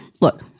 look